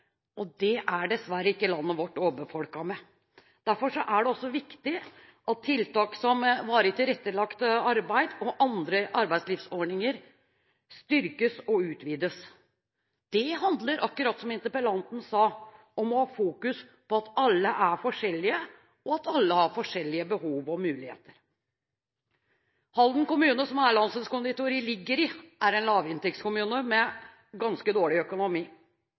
Det er dessverre ikke landet vårt overbefolket med. Derfor er det også viktig at tiltak som varig tilrettelagt arbeid og andre arbeidslivsordninger styrkes og utvides. Det handler, akkurat som interpellanten sa, om å fokusere på at alle er forskjellige, og at alle har forskjellige behov og muligheter. Halden kommune, som Erlandsens Conditori ligger i, er en lavinntektskommune med ganske dårlig økonomi.